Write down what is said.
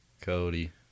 Cody